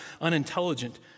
unintelligent